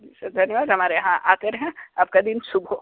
जी sir धन्यवाद हमारे यहाँ आते रहें आपका दिन शुभ हो